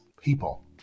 people